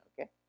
okay